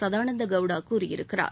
சதானந்த கௌடா கூறியிருக்கிறார்